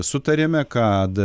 sutarėme kad